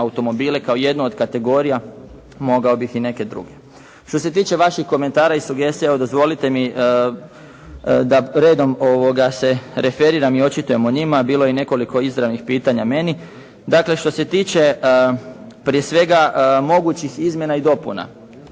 kao jednu od kategorija, mogao bih i neke druge. Što se tiče vaših komentara i sugestija, evo dozvolite mi da redom se referiram i očitujem o njima. Bilo je i nekoliko izravnih pitanja meni. Dakle, što se tiče prije svega mogućih izmjena i dopuna.